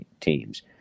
teams